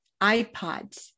iPods